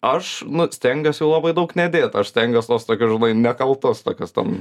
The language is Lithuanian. aš stengiuosi labai daug nedėt aš stengiuosi tuos tokius nekaltus tokius ten